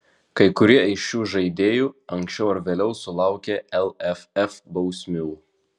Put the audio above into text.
kai kurie iš šių žaidėjų anksčiau ar vėliau sulaukė lff bausmių